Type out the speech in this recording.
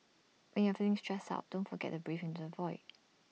when you are feeling stressed out don't forget to breathe into the void